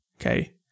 Okay